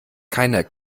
keiner